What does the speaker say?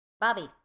Bobby